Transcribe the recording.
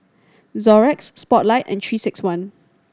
Xorex Spotlight and Three Six One